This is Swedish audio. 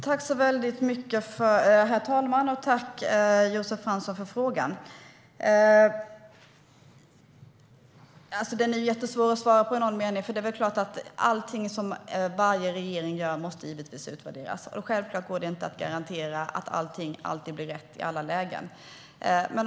Herr talman! Tack, Josef Fransson, för frågan! Den är jättesvår att svara på i någon mening. Det är klart att allting som varje regering gör givetvis måste utvärderas. Självklart går det inte att garantera att allting alltid blir rätt i alla lägen.